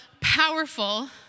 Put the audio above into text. powerful